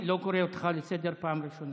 אני לא קורא אותך לסדר פעם ראשונה.